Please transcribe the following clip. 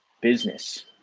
business